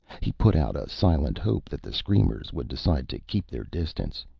he put out a silent hope that the screamers would decide to keep their distance.